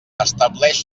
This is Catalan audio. estableix